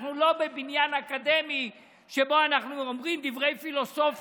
אנחנו לא בבניין אקדמי שבו אנחנו אומרים דברי פילוסופיה,